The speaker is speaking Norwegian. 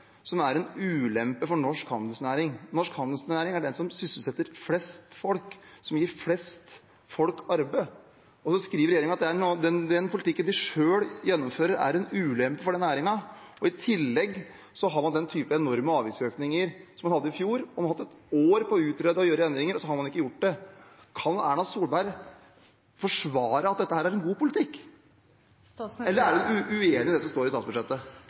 som er en ulempe for norsk handelsnæring. Norsk handelsnæring er den næringen som sysselsetter flest folk, som gir flest folk arbeid, og så skriver regjeringen at den politikken de selv gjennomfører, er en ulempe for den næringen. I tillegg har man hatt slike enorme avgiftsøkninger som man hadde i fjor, og man har hatt ett år på å utrede og gjøre endringer, og så har man ikke gjort det. Kan Erna Solberg forsvare at dette er en god politikk, eller er hun uenig i det som står i statsbudsjettet?